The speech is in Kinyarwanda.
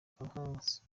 kankazi